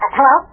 Hello